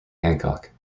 hancock